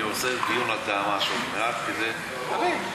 אני עושה דיון על דהמש עוד מעט כדי להבין.